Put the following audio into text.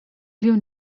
you